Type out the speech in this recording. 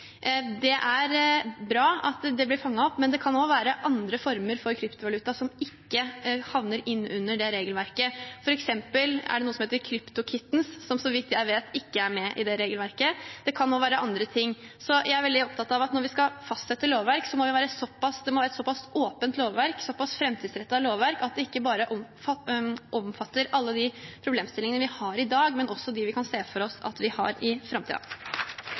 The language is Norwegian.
Det er bra at det blir fanget opp, men det kan også være andre former for kryptovaluta som ikke havner inn under det regelverket. For eksempel er det noe som heter «CryptoKitties», som, så vidt jeg vet, ikke er med i det regelverket, og det kan også være andre ting. Så jeg er veldig opptatt av at når vi skal fastsette lovverk, må det være et såpass åpent og framtidsrettet lovverk at det ikke bare omfatter alle de problemstillingene vi har i dag, men også dem vi kan se for oss at vi har i